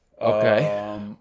Okay